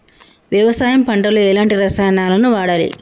వ్యవసాయం పంట లో ఎలాంటి రసాయనాలను వాడాలి?